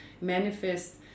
manifest